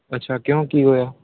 ਅੱਛਾ ਕਿਉਂ ਕੀ ਹੋਇਆ